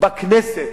בכנסת,